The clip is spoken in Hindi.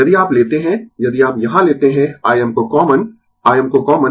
यदि आप लेते है यदि आप यहाँ लेते है Im को कॉमन Im को कॉमन